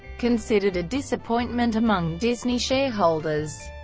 considered a disappointment among disney shareholders,